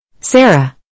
Sarah